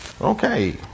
Okay